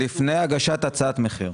לפני הגשת הצעת מחיר.